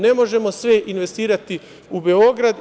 Ne možemo sve investirati u Beogradu.